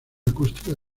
acústica